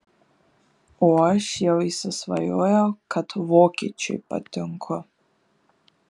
o aš jau įsisvajojau kad vokiečiui patinku